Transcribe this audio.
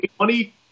money –